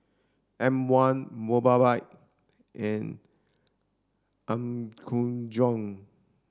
M one Mobike and Apgujeong